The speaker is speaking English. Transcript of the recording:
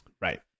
right